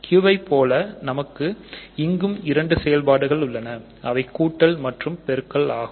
Q ஐ போல நமக்கு இங்கும் இரண்டு செயல்பாடுகள் உள்ளன அவை கூட்டல் மற்றும் பெருக்கல் ஆகும்